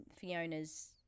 fiona's